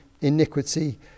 iniquity